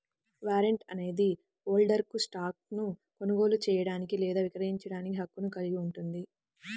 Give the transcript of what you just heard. warrant అనేది హోల్డర్కు స్టాక్ను కొనుగోలు చేయడానికి లేదా విక్రయించడానికి హక్కును కలిగి ఉంటుంది